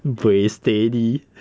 buay steady